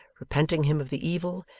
repenting him of the evil,